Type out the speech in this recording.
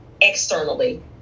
externally